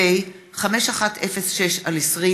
פ/5106/20